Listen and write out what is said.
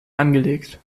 angelegt